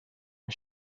and